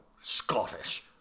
Scottish